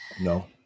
No